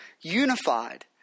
unified